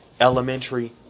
elementary